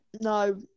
No